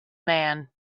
man